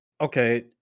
okay